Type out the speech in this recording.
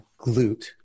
glute